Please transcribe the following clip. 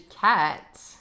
cat